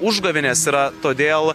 užgavėnės yra todėl